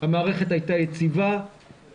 המערכת הייתה יציבה,